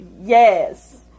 Yes